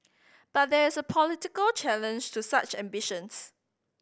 but there is a political challenge to such ambitions